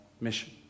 mission